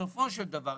בסופו של דבר,